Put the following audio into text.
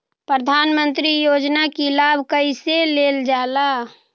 प्रधानमंत्री योजना कि लाभ कइसे लेलजाला?